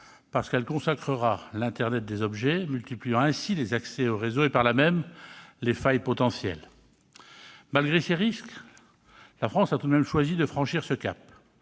parce qu'elle consacrera l'internet des objets, multipliant ainsi les accès au réseau et, par là même, les failles potentielles. Malgré ces risques, la France a tout de même choisi de franchir ce cap.